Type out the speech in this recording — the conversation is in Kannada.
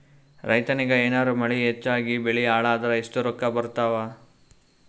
ರೈತನಿಗ ಏನಾರ ಮಳಿ ಹೆಚ್ಚಾಗಿಬೆಳಿ ಹಾಳಾದರ ಎಷ್ಟುರೊಕ್ಕಾ ಬರತ್ತಾವ?